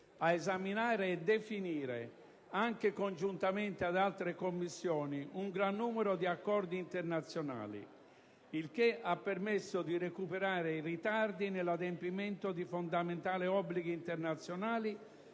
ad esaminare e definire, anche congiuntamente ad altre Commissioni, un gran numero di accordi internazionali, il che ha permesso di recuperare i ritardi nell'adempimento di fondamentali obblighi internazionali